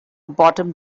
bottom